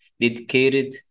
dedicated